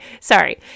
sorry